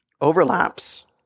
overlaps